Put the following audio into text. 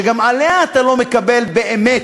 שגם עליה אתה לא מקבל באמת